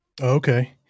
Okay